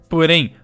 Porém